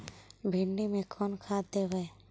भिंडी में कोन खाद देबै?